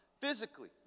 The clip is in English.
Physically